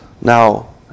Now